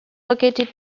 located